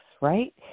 right